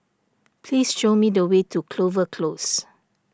please show me the way to Clover Close